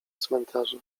cmentarza